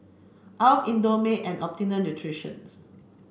Alf Indomie and Optimum Nutritions